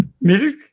milk